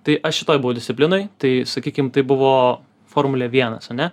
tai aš šitoj buvau disciplinoj tai sakykim tai buvo formulė vienas ane